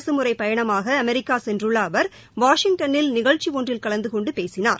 அரசுமுறைப் பயணமாக அமெரிக்கா சென்றுள்ள அவர் வாஷிங்டனில் நிகழ்ச்சி ஒன்றில் கலந்து கொண்டு பேசினார்